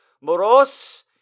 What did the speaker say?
Moros